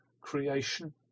creation